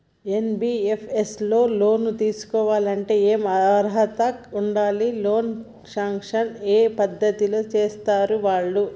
NBFS లో loan తీస్కోవాలంటే ఏం అర్హత ఉండాలి? లోన్ సాంక్షన్ ఏ పద్ధతి లో చేస్తరు వాళ్లు?